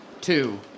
Two